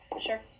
Sure